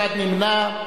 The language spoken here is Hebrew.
אחד נמנע,